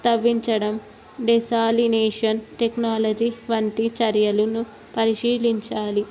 తవ్వించడం desalination technology వంటి చర్యలను పరిశీలించాలి